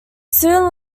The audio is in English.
soon